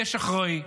יש אחראי.